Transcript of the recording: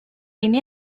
ini